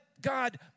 God